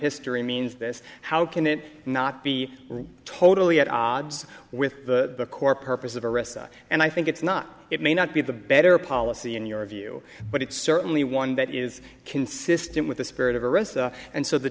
history means this how can it not be totally at odds with the core purpose of and i think it's not it may not be the better policy in your view but it's certainly one that is consistent with the spirit of the and so the